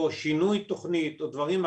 שינוי תכנית או דברים אחרים.